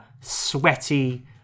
sweaty